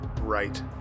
right